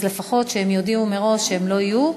אז לפחות שהם יודיעו מראש שהם לא יהיו